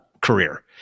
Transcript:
career